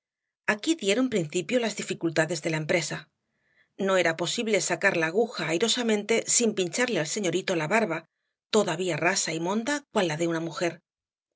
aquí dieron principio las dificultades de la empresa no era posible sacar la aguja airosamente sin pincharle al señorito la barba todavía rasa y monda cual la de una mujer